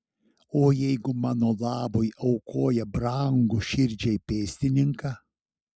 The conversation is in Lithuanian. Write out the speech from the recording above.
o jeigu mano labui aukoja brangų širdžiai pėstininką